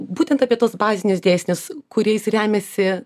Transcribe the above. būtent apie tuos bazinius dėsnius kuriais remiasi